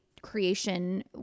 creation